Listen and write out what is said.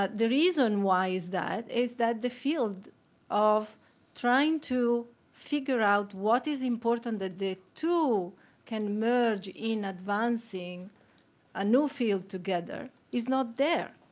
ah the reason why is that, is that the field of trying to figure out what is important that the two can merge in advancing a new field together is not there.